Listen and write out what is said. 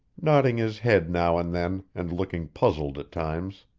nodding his head now and then, and looking puzzled at times.